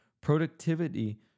Productivity